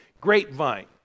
grapevine